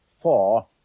four